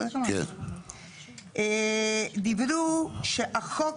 דיברו שהחוק,